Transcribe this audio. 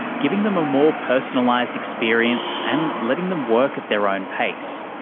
giving them a more personalised experience and letting them work at their own pace.